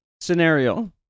scenario